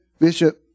Bishop